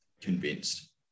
Convinced